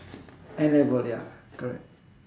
N-level ya correct